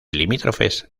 limítrofes